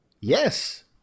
Yes